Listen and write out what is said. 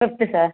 sixth sir